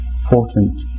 important